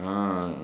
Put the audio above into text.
ah